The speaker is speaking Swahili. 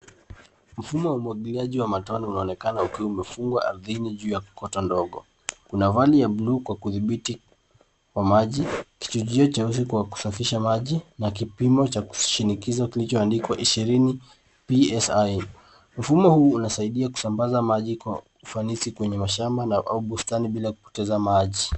Mfumo wa umwagiliaji wa matone unaonekana ukiwa umefungwa ardhini juu ya kokoto ndogo. Kuna vali ya bluu kwa kudhibiti kwa maji, kichujio cheusi kwa kusafisha maji na kipimo cha kushinikiza kilichoandikwa ishirini PSI. Mfumo huu unasaidia kusambaza maji kwa ufanisi kwenye mashamba na au bustani bila kupoteza maji.